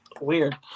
weird